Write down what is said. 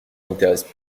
intéresse